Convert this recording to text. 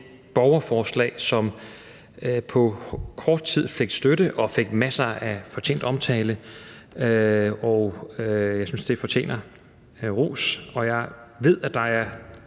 borgerforslag, som på kort tid fik støtte og fik masser er fortjent omtale. Jeg synes, det fortjener ros, og jeg ved, at der